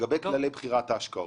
לגבי כללי בחירת ההשקעות.